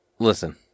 Listen